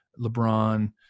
LeBron